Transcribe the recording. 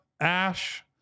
Ash